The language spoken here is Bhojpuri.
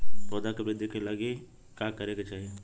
पौधों की वृद्धि के लागी का करे के चाहीं?